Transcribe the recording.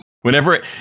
whenever